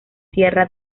sierra